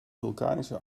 vulkanische